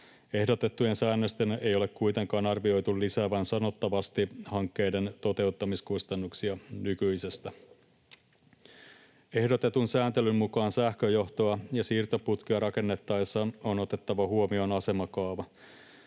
Ehdotettujen säännösten ei ole kuitenkaan arvioitu lisäävän sanottavasti hankkeiden toteuttamiskustannuksia nykyisestä. Ehdotetun sääntelyn mukaan sähköjohtoa ja siirtoputkea rakennettaessa on otettava huomioon asemakaava.